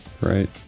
right